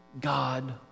God